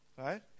Right